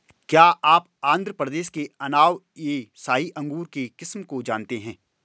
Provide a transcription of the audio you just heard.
क्या आप आंध्र प्रदेश के अनाब ए शाही अंगूर के किस्म को जानते हैं?